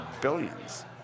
billions